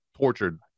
tortured